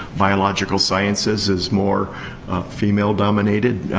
biological sciences is more female dominated.